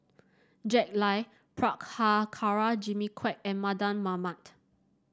Jack Lai Prabhakara Jimmy Quek and Mardan Mamat